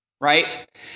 right